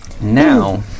Now